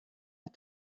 had